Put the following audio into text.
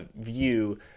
view